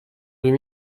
deux